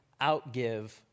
outgive